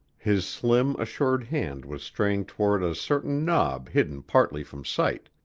his slim, assured hand was straying toward a certain knob hidden partly from sight,